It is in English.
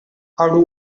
how